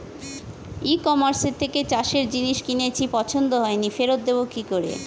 ই কমার্সের থেকে চাষের জিনিস কিনেছি পছন্দ হয়নি ফেরত দেব কী করে?